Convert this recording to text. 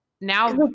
now